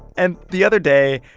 and the other day,